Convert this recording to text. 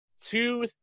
two